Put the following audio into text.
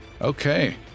Okay